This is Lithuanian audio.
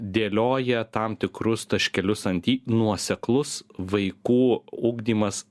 dėlioja tam tikrus taškelius ant i nuoseklus vaikų ugdymas